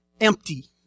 Empty